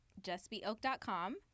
justbeoak.com